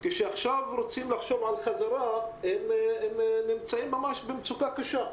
כשעכשיו הם רוצים לחשוב על חזרה הם נמצאים ממש במצוקה קשה,